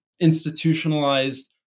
institutionalized